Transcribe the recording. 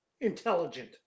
intelligent